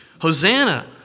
Hosanna